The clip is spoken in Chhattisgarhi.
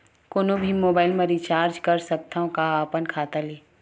कोनो भी मोबाइल मा रिचार्ज कर सकथव का अपन खाता ले?